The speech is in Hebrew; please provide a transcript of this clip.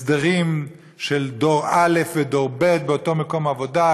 הסדרים של דור א' ודור ב' באותו מקום עבודה,